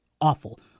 Awful